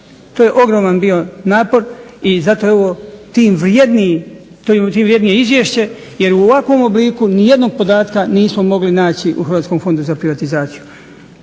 zato je ovo tim vrjedniji, to je tim vrjednije izvješće jer u ovakvom obliku nijednog podatka nismo mogli naći u Hrvatskom fondu za privatizaciju.